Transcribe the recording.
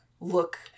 look